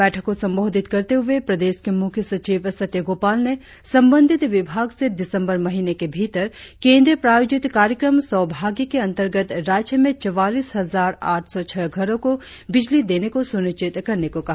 बैठक को संबोधित करते हुए प्रदेश के मुख्य सचिव सत्य गोपाल ने संबंधित विभाग से दिसम्बर महीने के भीतर केन्द्रीय प्रायोजित कार्यक्रम सौभाग्य के अन्तर्गत राज्य में चवालीस हजार आठ सौ छह घरों को बिजली देने को सुनिश्चित करने को कहा